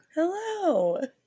Hello